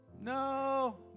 No